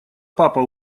папа